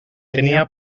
tenia